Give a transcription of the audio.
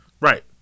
right